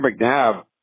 McNabb